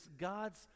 God's